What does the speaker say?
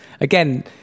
again